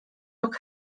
rok